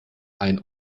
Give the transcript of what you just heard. ein